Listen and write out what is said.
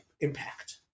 impact